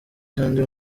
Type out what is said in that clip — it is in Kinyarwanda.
kandi